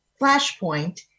flashpoint